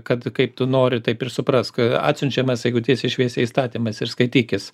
kad kaip tu nori taip ir suprask atsiunčiamas jeigu tiesiai šviesiai įstatymas ir skaitykis